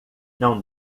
não